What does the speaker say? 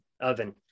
oven